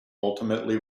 ultimately